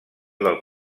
del